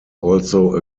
also